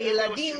ילדים,